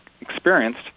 experienced